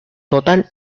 total